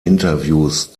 interviews